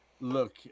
look